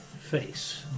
face